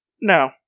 No